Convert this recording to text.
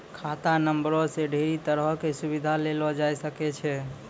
खाता नंबरो से ढेरी तरहो के सुविधा लेलो जाय सकै छै